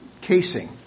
casing